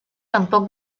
tampoc